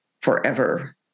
forever